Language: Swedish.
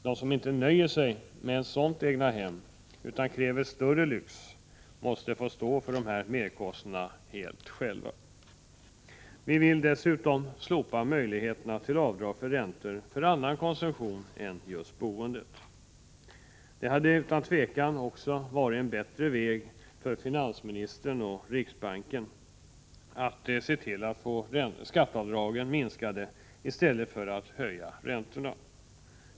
De som inte nöjer sig med ett sådant egnahem utan kräver större lyx måste själva få stå för merkostnaderna. Vi vill dessutom slopa möjligheterna till avdrag för räntor som avser annan konsumtion än just boendet. En bättre väg att gå för finansministern och riksbanken hade utan tvivel varit att minska skatteavdragen i stället för att höja räntan.